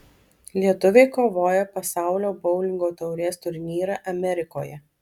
lietuviai kovoja pasaulio boulingo taurės turnyre amerikoje